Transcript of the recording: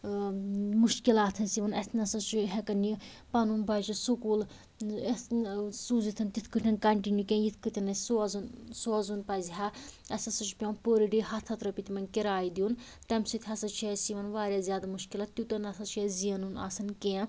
ٲں مُشکِلات اسہِ یِوان أسۍ نَہ سا چھِ ہیٚکان یہِ پنُن بچہٕ سُکوٗل ٲں سوٗزِتھ تِتھ کٲٹھۍ کنٹِنِو کیٚنٛہہ یِتھ کٲٹھۍ اسہِ سوزُن سوزُن پَزِ ہا اسہِ ہَسا چھُ پیٚوان پٔر ڈے ہَتھ ہتھ رۄپیہِ تِمن کِراے دیٛن تَمہِ سۭتۍ ہَسا چھِ اسہِ یِوان وارِیاہ زیادٕ مشکلات تیٛوٗتاہ نَہ سا چھُ اسہِ زینُن آسان کیٚنٛہہ